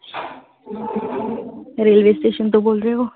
railway station ਤੋਂ ਬੋਲ ਰਹੇ ਹੋ